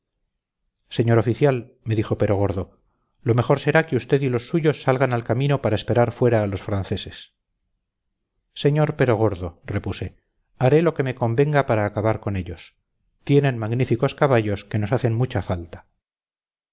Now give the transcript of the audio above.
señor oficial me dijo perogordo lo mejor será que usted y los suyos salgan al camino para esperar fuera a los franceses señor perogordo repuse haré lo que me convenga para acabar con ellos tienen magníficos caballos que nos hacen mucha falta